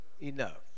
Enough